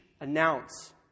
announce